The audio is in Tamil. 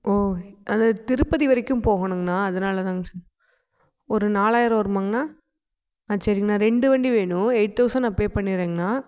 ஓ அந்த திருப்பதி வரைக்கும் போகணுங்கண்ணா அதனாலதாங்க சொ ஒரு நாலாயிரம் வருமாங்கண்ணா ஆ சரிங்கண்ணா ரெண்டு வண்டி வேணும் எயிட் தௌசண்ட் நான் பே பண்ணிடுறேங்கண்ணா